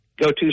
go-to